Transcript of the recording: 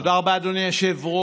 תודה רבה, אדוני היושב-ראש.